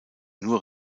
nur